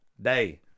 Day